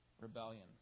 rebellion